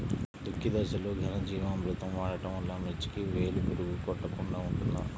దుక్కి దశలో ఘనజీవామృతం వాడటం వలన మిర్చికి వేలు పురుగు కొట్టకుండా ఉంటుంది?